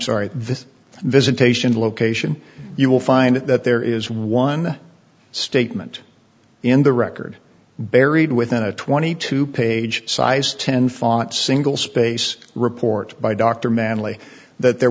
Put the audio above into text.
sorry this visitation location you will find that there is one statement in the record buried within a twenty two page size ten font single space report by dr manley that there